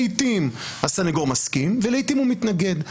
לעתים הסנגור מסכים ולעתים הוא מתנגד.